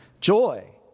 Joy